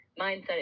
mindset